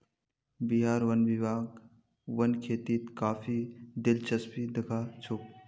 बिहार वन विभाग वन खेतीत काफी दिलचस्पी दखा छोक